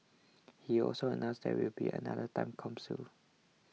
he also announced there will be another time capsule